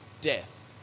death